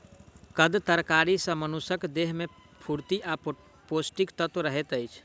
कंद तरकारी सॅ मनुषक देह में स्फूर्ति आ पौष्टिक तत्व रहैत अछि